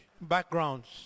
backgrounds